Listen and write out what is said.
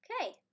okay